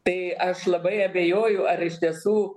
tai aš labai abejoju ar iš tiesų